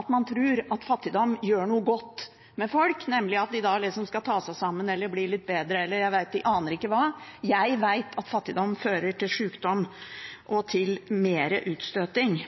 at man tror at fattigdom gjør noe godt med folk, nemlig at de da skal ta seg sammen, eller bli litt bedre, eller jeg aner ikke hva. Jeg vet at fattigdom fører til sjukdom og mer utstøting.